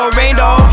rainbow